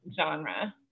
genre